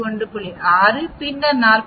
6 பின்னர் 40